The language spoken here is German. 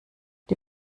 die